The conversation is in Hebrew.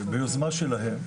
ביוזמה שלהם,